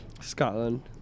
Scotland